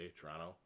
Toronto